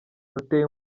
ruteye